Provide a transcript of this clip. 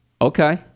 Okay